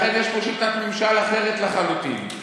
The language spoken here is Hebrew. ויש פה שיטת ממשל אחרת לחלוטין.